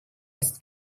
ist